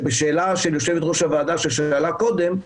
לשאלה שיושבת ראש הוועדה שאלה קודם,